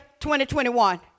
2021